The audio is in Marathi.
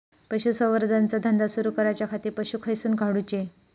पशुसंवर्धन चा धंदा सुरू करूच्या खाती पशू खईसून हाडूचे?